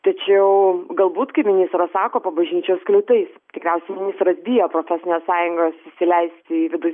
tačiau galbūt kaip ministras sako po bažnyčios skliautais tikriausiai ministras bijo profesines sąjungas įsileisti į vidų